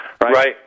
Right